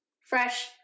fresh